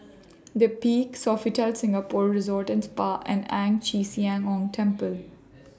The Peak Sofitel Singapore Resort and Spa and Ang Chee Sia Ong Temple